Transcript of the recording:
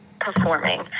performing